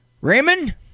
Raymond